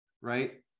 right